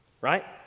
Right